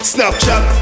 Snapchat